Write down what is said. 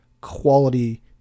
quality